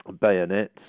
bayonets